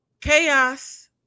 Chaos